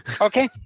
Okay